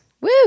Woo